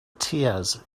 tears